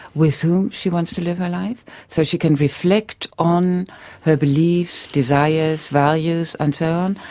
with whom she wants to live her life so she can reflect on her beliefs, desires, values and so on,